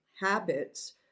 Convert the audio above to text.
habits